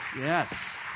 Yes